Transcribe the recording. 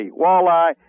walleye